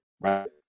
right